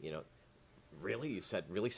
you know really said really